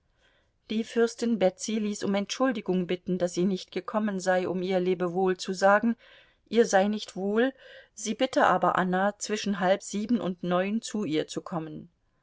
die fürstin betsy ließ um entschuldigung bitten daß sie nicht gekommen sei um ihr lebewohl zu sagen ihr sei nicht wohl sie bitte aber anna zwischen halb sieben und neun uhr zu ihr zu kommen